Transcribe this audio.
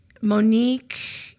Monique